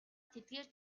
тэдгээр